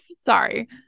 sorry